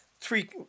three